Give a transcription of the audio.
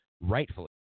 rightfully